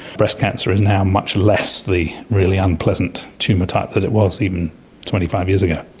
breast cancer is now much less the really unpleasant tumour type than it was, even twenty five years ago.